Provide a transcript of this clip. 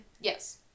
Yes